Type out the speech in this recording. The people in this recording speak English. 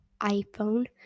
iPhone